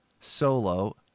solo